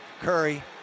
Curry